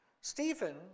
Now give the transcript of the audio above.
Stephen